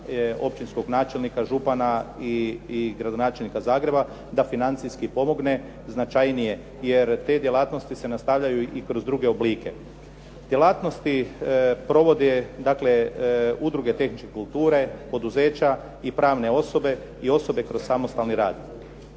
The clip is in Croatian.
općinskog načelnika, župana i gradonačelnika Zagreba da financijski pomogne značajnije jer te djelatnosti se nastavljaju i kroz druge oblike. Djelatnosti provode dakle udruge tehničke kulture, poduzeća i pravne osobe i osobe kroz samostalni rad.